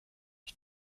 ich